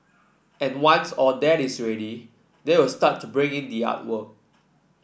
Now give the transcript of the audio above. and once all that is ready they will start to bring in the artwork